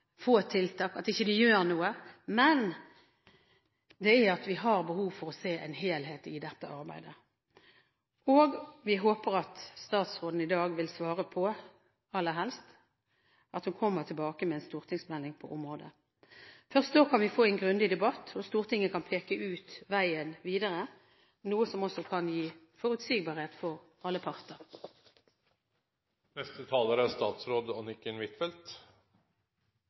få tiltak og ikke gjør noe, men at vi har behov for å se en helhet i dette arbeidet. Vi håper at statsråden i dag vil svare, aller helst, at hun kommer tilbake med en stortingsmelding på området. Først da kan vi få en grundig debatt, og Stortinget kan peke ut veien videre, noe som også kan gi forutsigbarhet for alle parter. Brofoss-utvalget tar opp en rekke ulike spørsmål. Noen av disse er